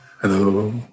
Hello